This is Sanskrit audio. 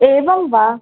एवं वा